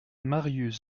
marius